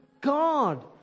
God